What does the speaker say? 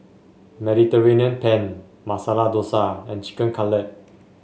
Mediterranean Penne Masala Dosa and Chicken Cutlet